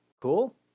Cool